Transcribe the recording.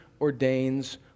ordains